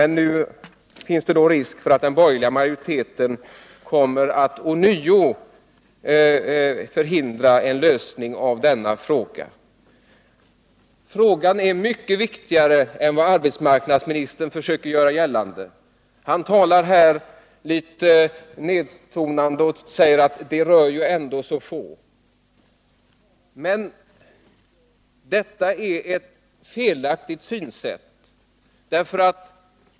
Nu finns risk för att den borgerliga majoriteten än en gång kommer att förhindra en lösning av denna fråga. Frågan är mycket viktigare än arbetsmarknadsministern försöker göra gällande. Han vill tona ner den och säger att den rör så få. Men detta är ett felaktigt synsätt.